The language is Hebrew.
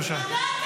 ברא.